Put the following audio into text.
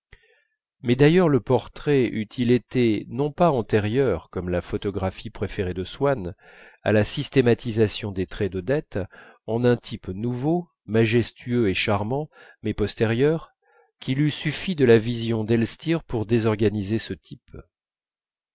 mais d'ailleurs le portrait eût-il été non pas antérieur comme la photographie préférée de swann à la systématisation des traits d'odette en un type nouveau majestueux et charmant mais postérieur qu'il eût suffi de la vision d'elstir pour désorganiser ce type